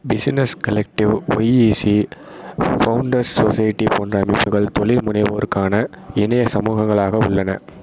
business collective YEC founders society போன்ற அமைப்புகள் தொழில் முனைவோருக்கான இணையச் சமூகங்களாக உள்ளன